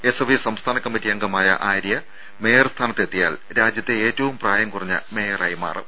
SFI സംസ്ഥാന കമ്മറ്റി അംഗമായ ആര്യ മേയർ സ്ഥാനത്തെത്തിയാൽ രാജ്യത്തെ ഏറ്റവും പ്രായം കുറഞ്ഞ മേയറായി മാറും